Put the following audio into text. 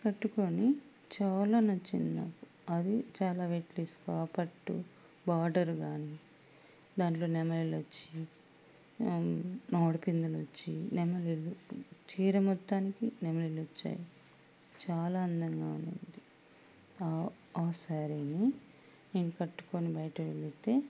కట్టుకొని చాలా నచ్చింది నాకు అది చాలా వెయిట్లెస్గా పట్టు బోర్డర్ కానీ దాంట్లో నెమళులొచ్చి మామిడిపిందులొచ్చి నెమళులు చీర మొత్తానికి నెమళ్ళు వచ్చాయి చాలా అందంగా ఉంది ఆ శారీని నేను కట్టుకొని బయటవెళ్తే